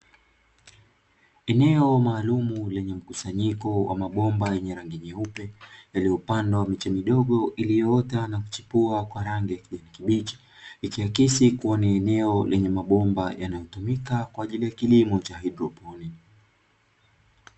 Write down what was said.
Eneo maalumu lenye mkusanyiko wa mabomba yenye rangi nyeupe, yaliyopandwa miche midogo iliyoota na kuchipua kwa rangi ya kijani kibichi, ikiakisi kuwa ni eneo lenye mabomba yanayo tumika kwa ajili ya kilimo cha haidroponi.